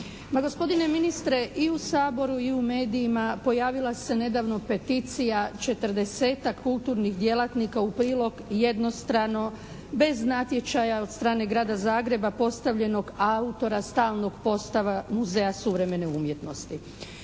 Ma gospodine ministre i u Saboru i u medijima pojavila se nedavno peticija 40-tak kulturnih djelatnika u prilog jednostrano bez natječaja od strane Grada Zagreba postavljenog autora stalnog postava muzeja suvremene umjetnosti.